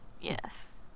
Yes